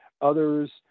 others